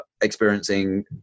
experiencing